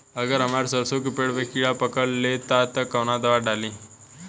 अगर हमार सरसो के पेड़ में किड़ा पकड़ ले ता तऽ कवन दावा डालि?